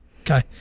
Okay